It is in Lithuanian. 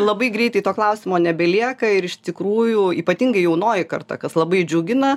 labai greitai to klausimo nebelieka ir iš tikrųjų ypatingai jaunoji karta kas labai džiugina